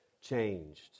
changed